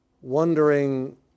wondering